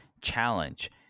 challenge